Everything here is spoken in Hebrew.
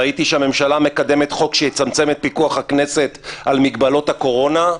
ראיתי שהממשלה מקדמת חוק שיצמצם את פיקוח הכנסת על מגבלות הקורונה.